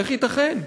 איך ייתכן?